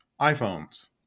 iPhones